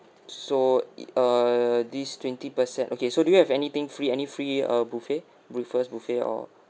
so uh this twenty percent okay so do you have anything free any free a buffet breakfast buffet or